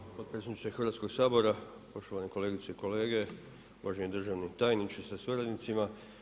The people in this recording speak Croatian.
Hvala potpredsjedniče Hrvatskog sabora, poštovane kolegice i kolege, uvaženi državni tajniče sa suradnicima.